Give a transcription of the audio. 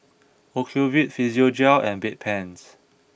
Ocuvite Physiogel and Bedpans